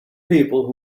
people